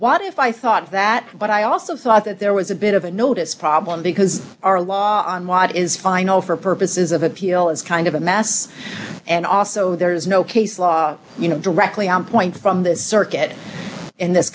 what if i thought that but i also thought that there was a bit of a notice problem because our law on what is final for purposes of appeal is kind of a mass and also there is no case law you know directly on point from this circuit in this